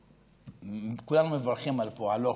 וכולם מברכים על פועלו